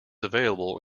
available